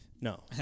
No